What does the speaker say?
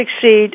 Succeed